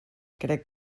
crec